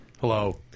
Hello